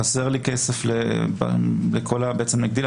חסר לי כסף בעצם להגדיל,